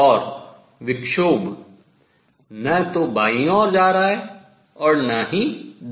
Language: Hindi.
और विक्षोभ न तो बाईं ओर जा रहा है और न ही दाईं ओर